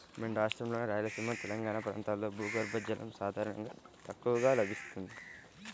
మన రాష్ట్రంలోని రాయలసీమ, తెలంగాణా ప్రాంతాల్లో భూగర్భ జలం సాధారణంగా తక్కువగా లభిస్తుంది